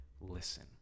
listen